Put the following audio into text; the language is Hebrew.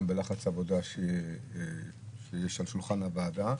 גם בלחץ העבודה שיש על שולחן הוועדה,